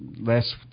last